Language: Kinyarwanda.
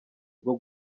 bwo